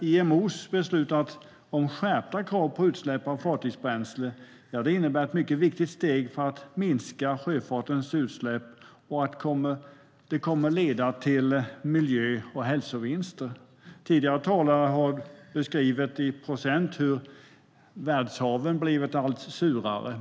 IMO:s beslut om skärpta krav på utsläpp av fartygsbränsle innebär ett mycket viktigt steg för att minska sjöfartens utsläpp och kommer att leda till miljö och hälsovinster. Tidigare talare har beskrivit i procent hur världshaven blivit allt surare.